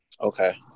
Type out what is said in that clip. Okay